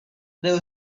there